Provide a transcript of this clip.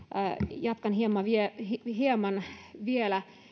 jatkan hieman vielä